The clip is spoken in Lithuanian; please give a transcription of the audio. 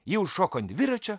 ji užšoko ant dviračio